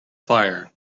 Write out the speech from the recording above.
fire